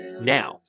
Now